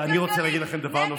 על מה אתה מדבר?